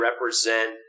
represent